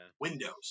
windows